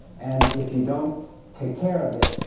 and if you don't take care of it,